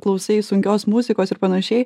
klausai sunkios muzikos ir panašiai